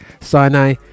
Sinai